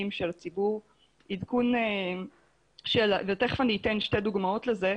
של הציבור ותכף אני אתן שתי דוגמאות לזה.